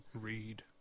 Read